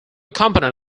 component